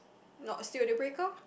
not still a deal breaker